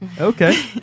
Okay